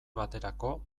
baterako